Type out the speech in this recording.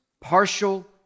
partial